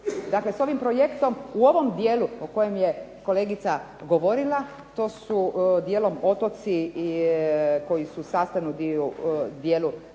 Dakle s ovim projektom u ovom dijelu o kojem je kolegica govorila to su dijelom otoci koji su u sastavnom dijelu